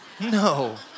No